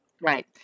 Right